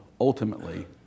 ultimately